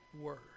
Word